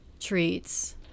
Treats